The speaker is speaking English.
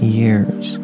years